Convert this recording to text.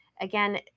again